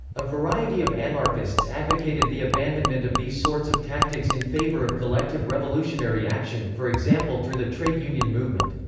a variety of anarchists advocated the abandonment of these sorts of tactics in favour of collective revolutionary action, for example through the trade union movement.